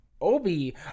Obi